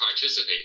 participate